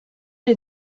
est